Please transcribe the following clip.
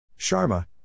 Sharma